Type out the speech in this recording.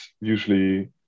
usually